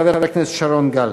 חבר הכנסת שרון גל.